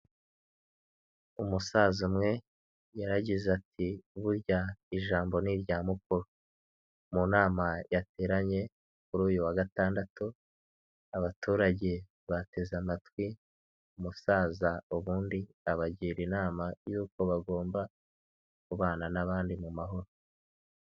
Umusaza umwe yaragize ati ''burya ijambo ni irya mukuru''. Mu nama yateranye kuri uyu wa gatandatu, abaturage bateze amatwi umusaza ubundi abagira inama y'uko bagomba kubana n'abandi mu mahoro.